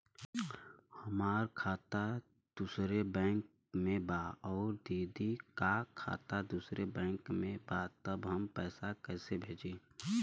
हमार खाता दूसरे बैंक में बा अउर दीदी का खाता दूसरे बैंक में बा तब हम कैसे पैसा भेजी?